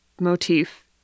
motif